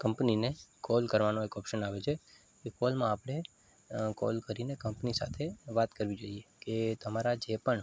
કંપનીને કૉલ કરવાનો એક ઓપ્શન આવે છે એ કૉલમાં આપણે કૉલ કરીને કંપની સાથે વાત કરવી જોઈએ કે તમારા જે પણ